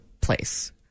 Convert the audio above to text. place